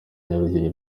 nyarugenge